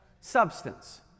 substance